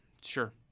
sure